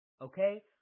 Okay